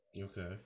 Okay